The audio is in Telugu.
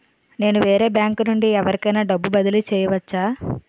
నేను వేరే బ్యాంకు నుండి ఎవరికైనా డబ్బు బదిలీ చేయవచ్చా?